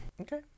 Okay